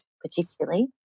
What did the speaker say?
particularly